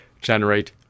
generate